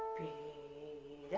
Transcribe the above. the